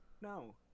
No